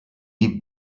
die